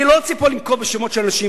אני לא רוצה לנקוב פה בשמות של אנשים,